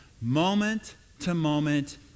moment-to-moment